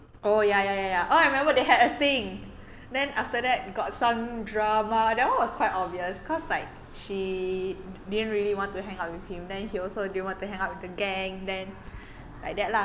oh ya ya ya ya oh I remember they had a thing then after that got some drama that one was quite obvious cause like she didn't really want to hang out with him then he also didn't really want to hang out with the gang then like that lah